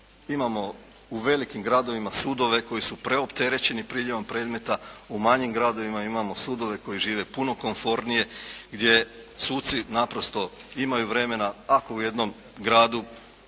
imamo u velikim gradovima sudove koji su preopterećeni priljevom predmeta, u manjim gradovima imamo sudove koji žive puno komfornije gdje suci naprosto imaju vremena ako u jednom gradu